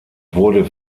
wurde